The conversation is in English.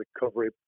recovery